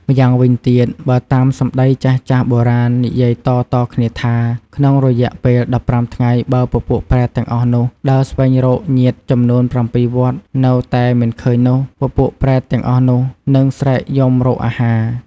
ម្យ៉ាងវិញទៀតបើតាមសម្ដីចាស់ៗបុរាណ និយាយតៗគ្នាថា ក្នុងរយៈពេល ១៥ថ្ងៃបើពពួកប្រែតទាំងអស់នោះដើរស្វែងរកញាតិចំនួន៧វត្តនៅតែមិនឃើញនោះ ពពួកប្រែតទាំងអស់នោះ នឹងស្រែកយំរកអាហារ។